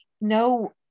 no